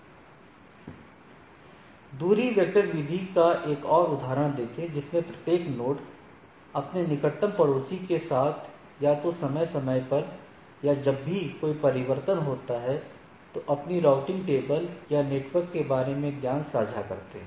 distance vector विधि का एक और उदाहरण देखें जिसमें प्रत्येक नोड अपने निकटतम पड़ोसियों के साथ या तो समय समय पर या जब कोई परिवर्तन होता है तो अपनी राउटिंग टेबल या नेटवर्क के बारे में ज्ञान साझा करता है